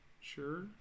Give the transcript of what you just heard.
Sure